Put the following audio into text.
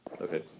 Okay